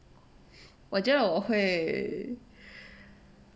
我觉得我会